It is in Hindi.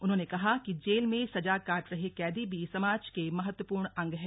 उन्होंने कहा कि जेल में सजा काट रहे कैदी भी समाज के महत्वपूर्ण अंग है